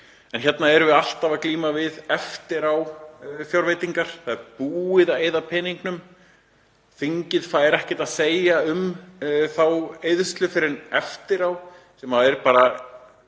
En hérna erum við alltaf að glíma við eftiráfjárveitingar. Það er búið að eyða peningunum, þingið fær ekkert að segja um þá eyðslu fyrr en eftir á. Stjórnarskráin